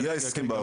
היה הסכם בעבר.